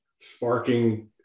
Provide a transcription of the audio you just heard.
sparking